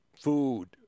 food